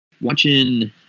watching